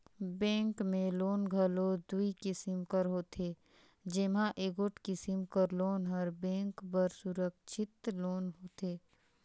bank में loan घलो दुई किसिम कर होथे जेम्हां एगोट किसिम कर लोन हर बेंक बर सुरक्छित लोन होथे